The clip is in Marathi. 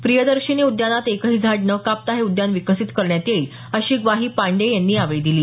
प्रियदर्शिनी उद्यानात एकही झाड न कापता हे उद्यान विकसित करण्यात येईल अशी ग्वाही प्रशासक पांडेय यांनी यावेळी दिली